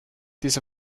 dieser